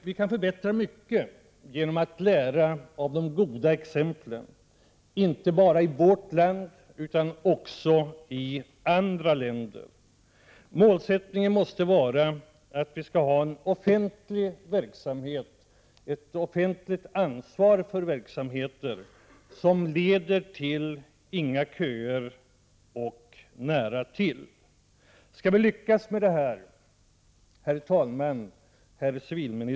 Vi kan förbättra mycket genom att lära av de goda exemplen, inte bara i vårt land utan också i andra länder. Målsättningen måste vara att den offentliga verksamheten, det offentliga ansvaret för verksamheten, skall leda till att köerna försvinner och att verksamheten finns nära människorna.